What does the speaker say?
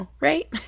right